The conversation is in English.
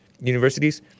universities